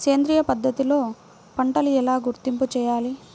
సేంద్రియ పద్ధతిలో పంటలు ఎలా గుర్తింపు చేయాలి?